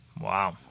Wow